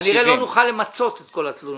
כנראה לא נוכל למצות את כל התלונות האלה.